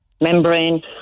membrane